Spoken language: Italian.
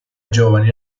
giovani